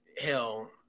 hell